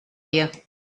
you